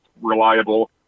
reliable